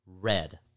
Red